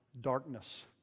darkness